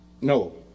No